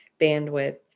Bandwidth